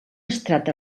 estrat